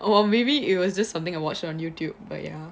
or maybe it was just something I watch on youtube but ya